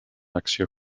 acció